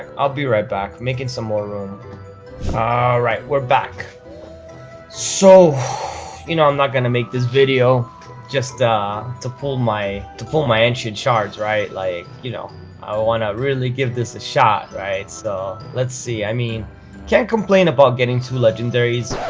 i'll be right back making some more room ah right we're back so you know i'm not gonna make this video just ah to pull my to pull my ancient shard right like you know i want to really give this a shot right, so let's see, i mean can't complain about getting two legendaries